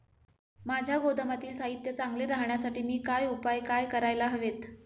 माझ्या गोदामातील साहित्य चांगले राहण्यासाठी मी काय उपाय काय करायला हवेत?